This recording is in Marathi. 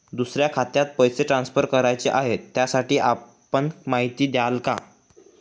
दुसऱ्या खात्यात पैसे ट्रान्सफर करायचे आहेत, त्यासाठी आपण माहिती द्याल का?